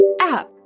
App